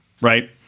Right